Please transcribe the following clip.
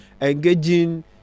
engaging